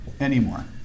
anymore